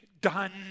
done